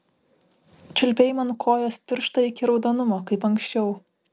čiulpei man kojos pirštą iki raudonumo kaip anksčiau